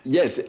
Yes